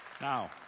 Now